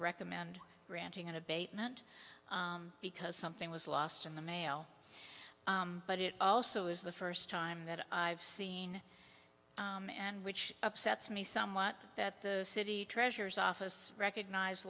recommend granting an abatement because something was lost in the mail but it also is the first time that i've seen and which upsets me somewhat that the city treasurer's office recognize